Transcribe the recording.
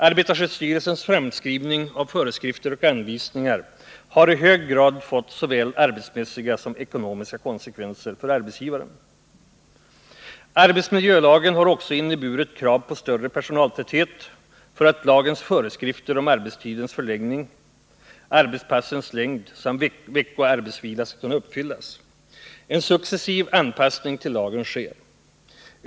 Arbetarskyddsstyrelsens framskrivning av föreskrifter och anvisningar har i hög grad fått såväl arbetsmässiga som ekonomiska konsekvenser för arbetsgivaren. Arbetsmiljölagen har också inneburit krav på större personaltäthet för att lagens föreskrifter om arbetstidens förläggning, arbetspassens längd samt veckoarbetsvila skall kunna uppfyllas. En successiv anpassning till lagen sker.